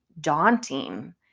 daunting